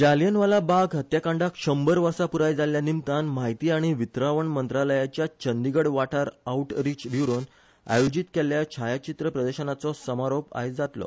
जालियनवाला बाग हत्याकांडाक शंभर वर्सा प्राय जाल्ल्या निमतान म्हायती आणि वितरावण मंत्रालयाच्या चंदीगड वाठार आऊटरिच ब्यूरोन आयोजित केल्ल्या छायाचित्र प्रदर्शनाचो समारोप आयज जातलो